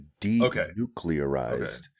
denuclearized